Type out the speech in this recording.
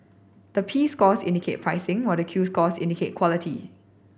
the P scores indicate pricing while the Q scores indicate quality